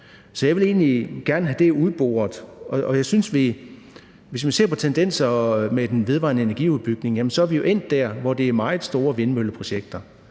Så det vil jeg egentlig gerne have udboret. Hvis man ser på tendenserne i den vedvarende energi-udbygning, er vi jo endt der, hvor det er meget store vindmølleprojekter,